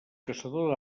caçador